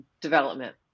development